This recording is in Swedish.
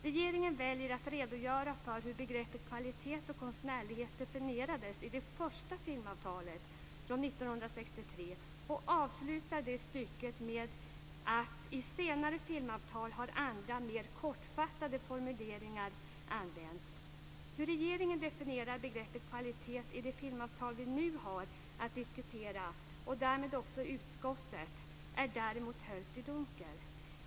Regeringen väljer att redogöra för hur begreppet kvalitet och konstnärlighet definierades i det första filmavtalet från 1963, och avslutar stycket med att konstatera att i senare filmavtal har andra, mer kortfattade, formuleringar använts. Hur regeringen, och därmed också utskottet, definierar begreppet kvalitet i det filmavtal vi nu har att diskutera är däremot höljt i dunkel.